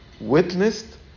witnessed